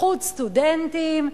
לחוד סטודנטים,